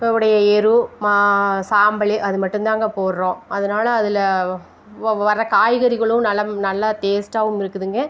உடைய எரு மா சாம்பலு அது மட்டும் தாங்க போடுறோம் அதனால் அதில் வ வர்ற காய்கறிகளும் நலம் நல்ல டேஸ்ட்டாகவும் இருக்குதுங்க